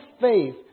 faith